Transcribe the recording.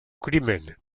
crimen